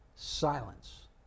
Silence